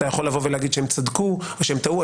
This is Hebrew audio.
אתה יכול לבוא ולהגיד שהם צדקו או שהם טעו.